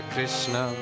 Krishna